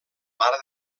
mare